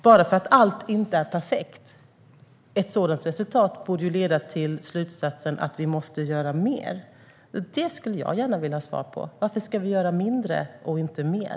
Även om allt inte är perfekt borde ett sådant resultat leda till slutsatsen att vi måste göra mer. Det skulle jag gärna vilja ha svar på: Varför ska vi göra mindre och inte mer?